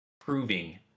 proving